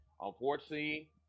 Unfortunately